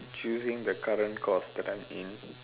choosing the current course that I am in